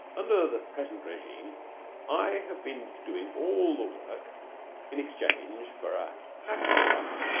under the present regime i have been doing all the work in exchange for a happy home.